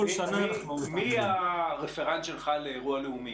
בכל שנה אנחנו --- מי הרפרנט שלך לאירוע לאומי?